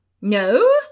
No